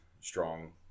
strong